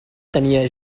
tenia